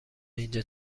اینجا